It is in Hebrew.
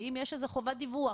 והאם יש איזו חובת דיווח.